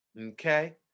Okay